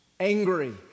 angry